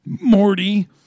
Morty